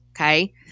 okay